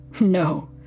No